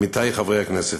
עמיתי חברי הכנסת,